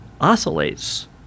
oscillates